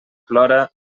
plora